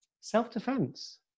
Self-defense